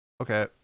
Okay